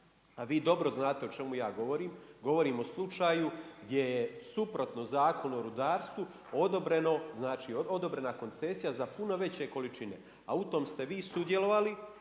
A vi dobro znate o čemu ja govorim, govorim o slučaju gdje je suprotno Zakonu o rudarstvu odobrena koncesija za puno veće količine, a u tom ste vi sudjelovali